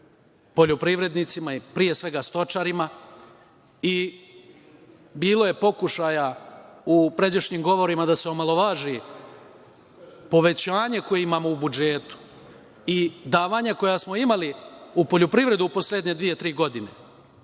poljoprivrednicima i, pre svega, stočarima. Bilo je pokušaja u pređašnjim govorima da se omalovaži povećanje koje imamo u budžetu i davanja koja smo imali u poljoprivredi u poslednje dve, tri godine,